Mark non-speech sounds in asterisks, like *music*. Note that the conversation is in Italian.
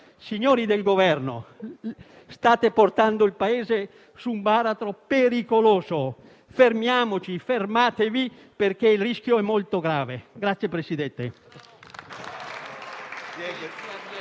Signori del Governo, state portando il Paese su un baratro pericoloso. Fermiamoci, fermatevi, perché il rischio è molto grave. *applause*